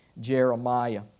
Jeremiah